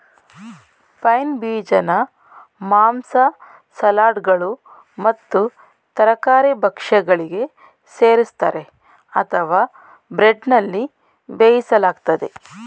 pine ಬೀಜನ ಮಾಂಸ ಸಲಾಡ್ಗಳು ಮತ್ತು ತರಕಾರಿ ಭಕ್ಷ್ಯಗಳಿಗೆ ಸೇರಿಸ್ತರೆ ಅಥವಾ ಬ್ರೆಡ್ನಲ್ಲಿ ಬೇಯಿಸಲಾಗ್ತದೆ